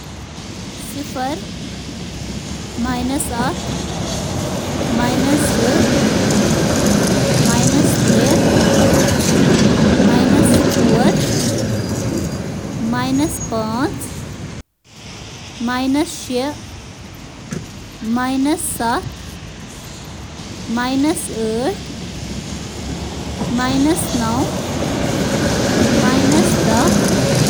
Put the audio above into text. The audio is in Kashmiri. صفر، مینوس اکھ، مانوس دو، مانس ترٛے، مانوس ژور، مانوس پانٛژ، مانوس شے، مانوس ستھ ، مانس ٲٹھ، مانوس نائن، مانس ڈاہ۔